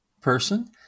person